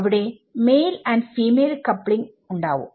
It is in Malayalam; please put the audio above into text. അവിടെ മെയിൽ ആൻഡ് ഫീമെയിൽ കപ്ലിങ്ങ് ഉണ്ടാവും